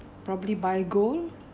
probably by gold